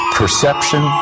perception